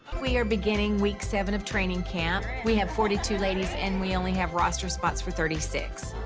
we are beginning week seven of training camp. we have forty two ladies and we only have roster spots for thirty six.